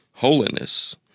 Holiness